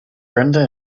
brenda